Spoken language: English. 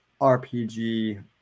RPG